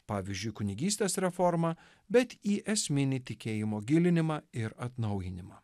pavyzdžiui kunigystės reformą bet į esminį tikėjimo gilinimą ir atnaujinimą